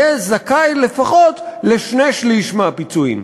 יהיה זכאי לפחות לשני-שלישים מהפיצויים.